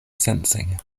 sensing